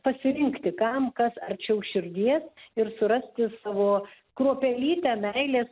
pasirinkti kam kas arčiau širdies ir surasti savo kruopelytę meilės